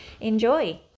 enjoy